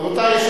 רבותי,